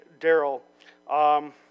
Daryl